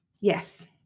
Yes